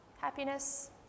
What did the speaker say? Happiness